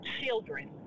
children